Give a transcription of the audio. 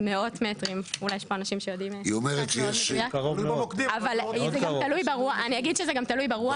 מאות מטרים, אני אגיד שזה גם תלוי ברוח,